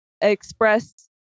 express